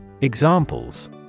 Examples